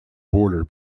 border